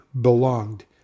belonged